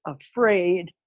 afraid